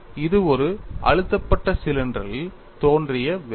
இது ஒரு அழுத்தப்பட்ட சிலிண்டரில் தோன்றிய விரிசல்